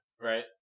Right